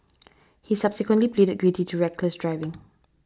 he subsequently pleaded guilty to reckless driving